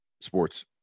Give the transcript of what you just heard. sports